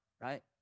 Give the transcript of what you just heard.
right